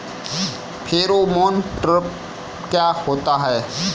Pheromone trap क्या होता है?